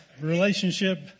relationship